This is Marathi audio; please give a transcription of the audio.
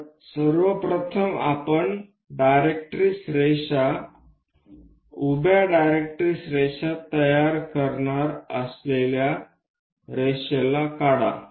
तर सर्व प्रथम आपण डायरेक्ट्रिक्स रेखा उभ्या डायरेक्ट्रिक्स रेखा तयार करणार असलेल्या रेषाला काढा